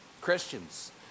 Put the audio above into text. Christians